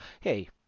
hey